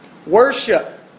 Worship